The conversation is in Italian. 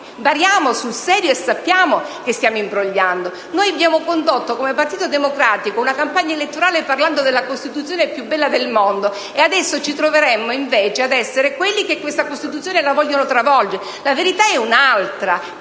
bariamo sul serio, e sappiamo che stiamo imbrogliando. Noi del Partito Democratico abbiamo condotto una campagna elettorale parlando della «Costituzione più bella del mondo» e adesso ci troveremmo invece ad essere quelli che questa Costituzione la vogliono travolgere. La verità è un'altra: